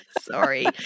sorry